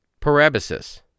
Parabasis